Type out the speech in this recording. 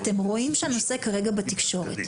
אתם רואים שהנושא כרגע בתקשורת,